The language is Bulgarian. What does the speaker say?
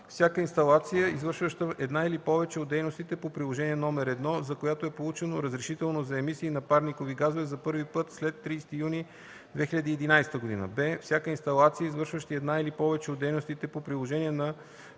всяка инсталация, извършваща една или повече от дейностите по Приложение № 1, за която е получено разрешително за емисии на парникови газове за първи път след 30 юни 2011 г.; б) всяка инсталация, извършваща една или повече от дейностите по Приложение №